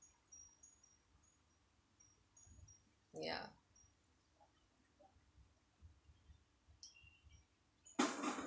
ya